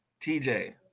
TJ